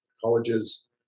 colleges